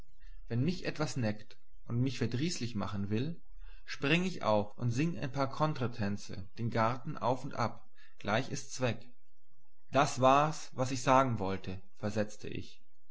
wenn mich etwas neckt und mich verdrießlich machen will spring ich auf und sing ein paar contretänze den garten auf und ab gleich ist's weg das war's was ich sagen wollte versetzte ich